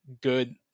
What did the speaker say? good